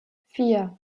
vier